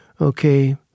Okay